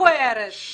שמלה מכוערת.